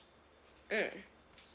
mm